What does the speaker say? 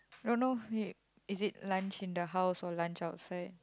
don't know is it lunch in the house or lunch outside